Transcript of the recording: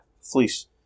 fleece